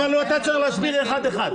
אבל אתה צריך להסביר אחד, אחד.